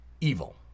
evil